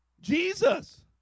Jesus